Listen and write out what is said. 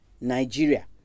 nigeria